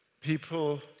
people